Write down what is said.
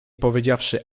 powiedziawszy